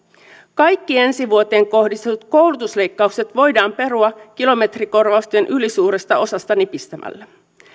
kaikki ensi vuoteen kohdistetut koulutusleikkaukset voidaan perua kilometrikorvausten ylisuuresta osasta nipistämällä